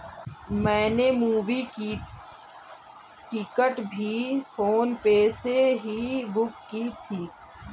मैंने मूवी की टिकट भी फोन पे से ही बुक की थी